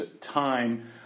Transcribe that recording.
time